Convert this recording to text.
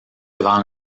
devant